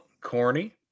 corny